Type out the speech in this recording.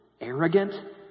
arrogant